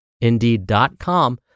indeed.com